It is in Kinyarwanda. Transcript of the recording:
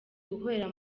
gukorera